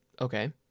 Okay